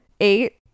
Eight